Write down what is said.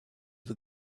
the